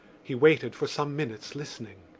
he waited for some minutes listening.